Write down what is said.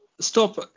Stop